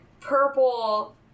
purple